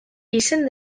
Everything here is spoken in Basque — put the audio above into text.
izen